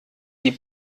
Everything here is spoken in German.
die